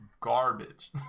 garbage